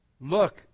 Look